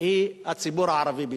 היא הציבור הערבי בישראל.